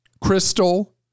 crystal